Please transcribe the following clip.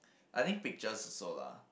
I think pictures also lah